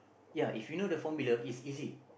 ya if you know the formula is easy